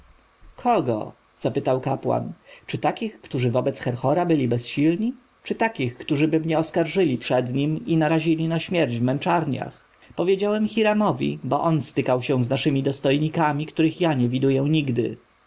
kogo zapytał kapłan czy takich którzy wobec herhora byli bezsilni czy takich którzyby mnie oskarżyli przed nim i narazili na śmierć w męczarniach powiedziałem hiramowi bo on stykał się z naszymi dostojnikami których ja nie widuję nigdy